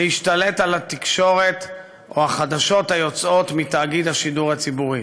להשתלט על התקשורת או על החדשות היוצאות מתאגיד השידור הציבורי.